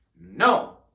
No